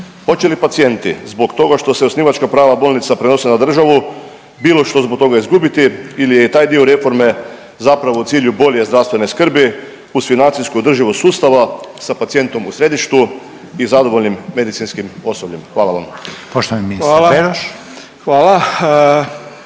Hoće li pacijenti zbog toga što se osnivačka prava bolnica prenose na državu bilo što zbog toga izgubiti ili je taj dio reforme zapravo u cilju bolje zdravstvene skrbi uz financijsku održivost sustava sa pacijentom u središtu i zadovoljnim medicinskim osobljem? Hvala vam.